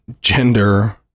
gender